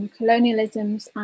colonialisms